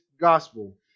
gospel